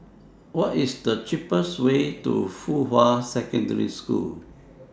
What IS The cheapest Way to Fuhua Secondary School